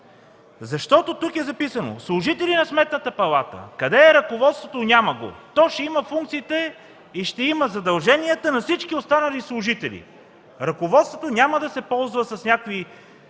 закона! Тук е записано: „Служители на Сметната палата”! Къде е ръководството? Няма го. То ще има функциите и задълженията на всички останали служители! Ръководството няма да се ползва с някакви